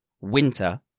winter